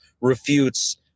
refutes